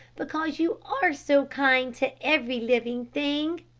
because you are so kind to every living thing.